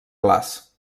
glaç